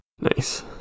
Nice